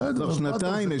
כבר שנתיים,